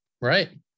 Right